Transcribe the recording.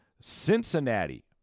Cincinnati